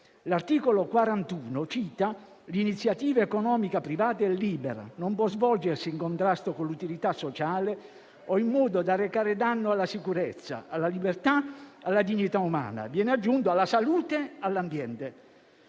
L'articolo 41 recita: «L'iniziativa economica privata è libera. Non può svolgersi in contrasto con l'utilità sociale o in modo da recare danno alla sicurezza, alla libertà, alla dignità umana. Viene aggiunto «alla salute, all'ambiente».